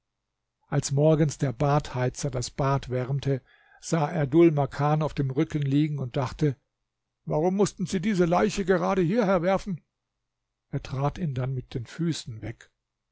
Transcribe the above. als morgens der badheizer das bad wärmte sah er dhul makan auf dem rücken liegen und dachte warum mußten sie diese leiche gerade hierher werfen er trat ihn dann mit den füßen weg